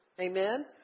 amen